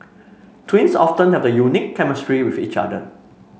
twins often have a unique chemistry with each other